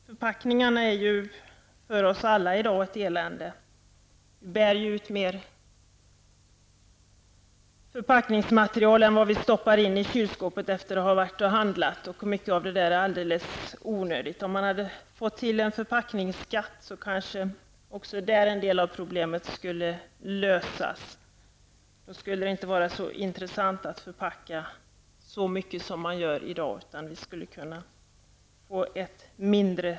Förpackningarna är ju för oss alla ett elände i dag. Vi bär hem mer förpackningsmaterial än vi stoppar in i kylskåpet när vi har varit och handlat. Mycket av materialet är alldeles onödigt. Om det hade funnits en förpackningsskatt hade kanske en del av problemet lösts. Då skulle det inte vara så intressant att förpacka i så stor omfattning som i dag. Då skulle sopberget bli mindre.